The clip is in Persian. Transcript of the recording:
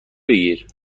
بگیر